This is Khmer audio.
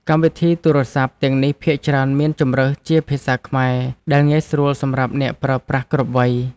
កម្មវិធីទូរសព្ទទាំងនេះភាគច្រើនមានជម្រើសជាភាសាខ្មែរ ដែលងាយស្រួលសម្រាប់អ្នកប្រើប្រាស់គ្រប់វ័យ។